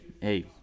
Hey